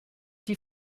die